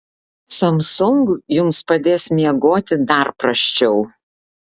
samsung jums padės miegoti dar prasčiau